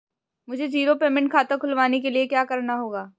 मुझे zero payment खाता खुलवाने के लिए क्या करना होगा?